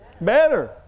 Better